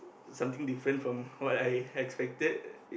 something different from what I expected